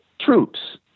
troops